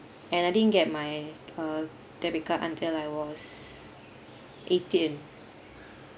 and I didn't get my uh debit card until I was eighteen